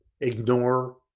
ignore